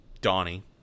Donnie